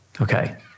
Okay